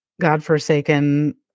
godforsaken